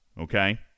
Okay